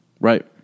Right